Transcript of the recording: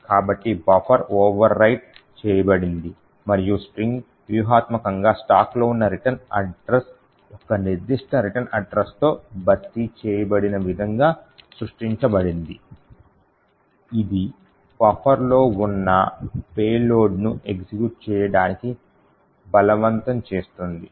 కాబట్టి buffer overwrite చేయబడింది మరియు స్ట్రింగ్ వ్యూహాత్మకంగా స్టాక్లో ఉన్న రిటర్న్ అడ్రస్ ఒక నిర్దిష్ట రిటర్న్ అడ్రస్ తో భర్తీ చేయబడిన విధంగా సృష్టించబడింది ఇది బఫర్లో ఉన్న పేలోడ్ను ఎగ్జిక్యూట్ చేయడానికి బలవంతం చేస్తుంది